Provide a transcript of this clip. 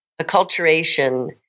acculturation